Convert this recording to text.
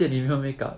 ah